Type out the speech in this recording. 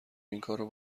اینکارو